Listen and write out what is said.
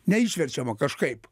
neišverčiama kažkaip